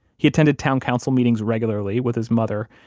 he attended town council meetings regularly with his mother,